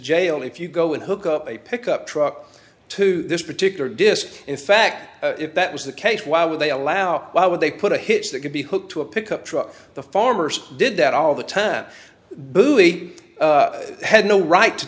jail if you go and hook up a pickup truck to this particular disc in fact if that was the case why would they allow why would they put a hitch that could be hooked to a pickup truck the farmers did that all the time the movie had no right to